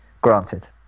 Granted